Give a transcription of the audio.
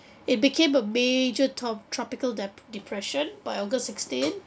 it became a major top tropical dep~ depression by august sixteen